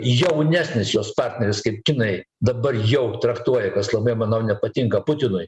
jaunesnis jos partneris kaip kinai dabar jau traktuoja kas labai manau nepatinka putinui